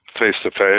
face-to-face